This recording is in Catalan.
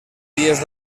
dies